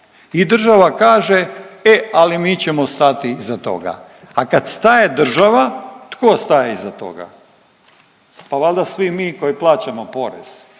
i država kaže e, ali mi ćemo stati iza toga. A kad staje država, tko staje iza toga? Pa valda svi mi koji plaćamo porez,